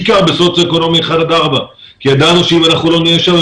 בעיקר בסוציו אקונומי אחד עד ארבע כי ידענו שאם אנחנו לא נהיה שם,